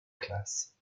classe